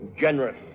generous